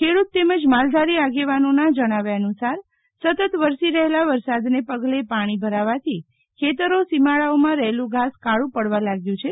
ખેડૂત તેમજ માલઘારી આગેવાનોના જણાવ્યાનુસાર સતત વરસી રહેલા વરસાદને પગલે પાણી ભરાવાથી ખેતરો સીમાડાઓમાં રહેલું ધાસ કાળુ પડવા લાગ્યું છે